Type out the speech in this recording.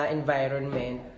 environment